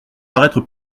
paraître